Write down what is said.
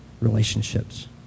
relationships